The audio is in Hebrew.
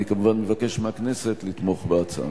אני כמובן מבקש מהכנסת לתמוך בהצעה.